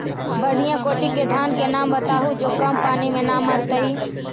बढ़िया कोटि के धान के नाम बताहु जो कम पानी में न मरतइ?